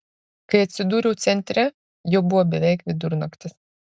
kai atsidūriau centre jau buvo beveik vidurnaktis